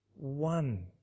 One